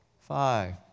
Five